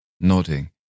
nodding